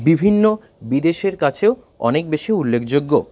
বিভিন্ন বিদেশের কাছেও অনেক বেশি উল্লেখযোগ্য